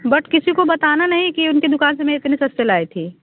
but किसी को बताना नहीं कि उनकी दुकान से मैं इतने सस्ते लाए थी